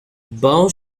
bowl